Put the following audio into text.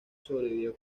sobrevivió